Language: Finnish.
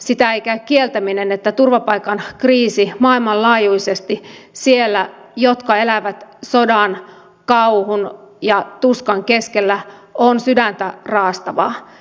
sitä ei käy kieltäminen että turvapaikkakriisi maailmanlaajuisesti siellä missä eletään sodan kauhun ja tuskan keskellä on sydäntä raastavaa